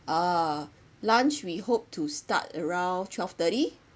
ah lunch we hope to start around twelve thirty